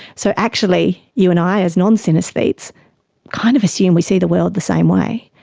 so actually, you and i as non-synaesthetes kind of assume we see the world the same way.